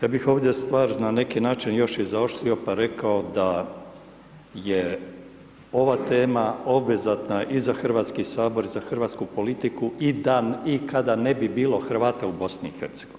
Ja bih ovdje stvar na neki način još izoštrio pa rekao da je ova tema obvezatna i za Hrvatski sabor i za hrvatsku politiku i da kada ne bi bilo Hrvata u BiH.